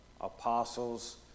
apostles